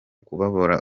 kubabara